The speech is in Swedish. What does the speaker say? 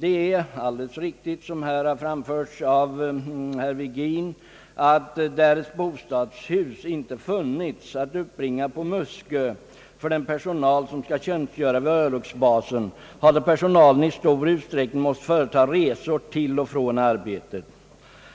Det är alldeles riktigt, som herr Virgin också framhöll, att därest bostadshus inte funnits att uppbringa på Muskö för den personal som skall tjänstgöra vid örlogsbasen, hade personalen i större utsträckning måst företa resor till och från arbetet,